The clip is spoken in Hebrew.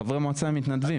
חברי המועצה הם מתנדבים.